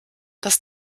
das